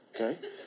Okay